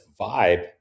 vibe